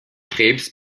krebs